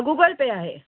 Google Pay आहे